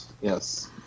Yes